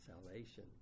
salvation